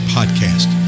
Podcast